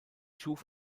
schuf